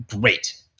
great